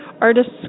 artists